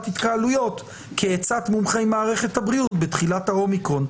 התקהלויות כעצת מומחי מערכת הבריאות בתחילת האומיקרון,